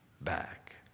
back